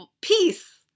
peace